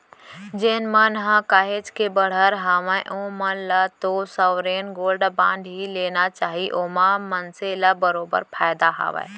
जेन मन ह काहेच के बड़हर हावय ओमन ल तो साँवरेन गोल्ड बांड ही लेना चाही ओमा मनसे ल बरोबर फायदा हावय